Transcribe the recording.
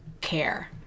care